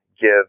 give